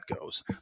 goes